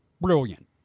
brilliant